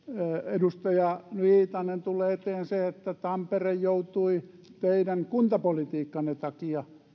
edustaja viitanen tulee eteen se että tampere joutui teidän kuntapolitiikkanne takia